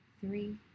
three